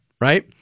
right